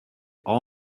all